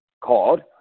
called